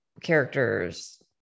characters